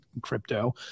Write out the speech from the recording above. crypto